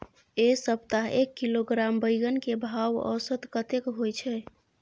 ऐ सप्ताह एक किलोग्राम बैंगन के भाव औसत कतेक होय छै?